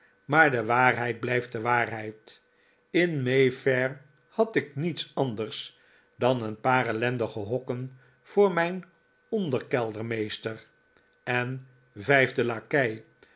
maar de waarheid blijft jde waarheid in mayfair had ik niets anders dan een paar ellendige hokken voor mijn ibnderkeldermeester en vijfden lakei